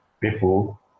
people